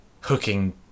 hooking